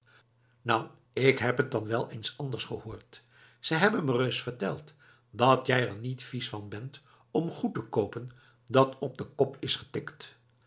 nou k heb t dan wel eens anders gehoord ze hebben me ereis verteld dat jij er niet vies van bent om goed te koopen dat op den kop is getikt